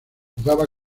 jugaba